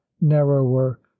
narrower